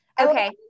Okay